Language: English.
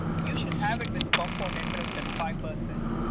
you shall have it with compound in terest at five per cent.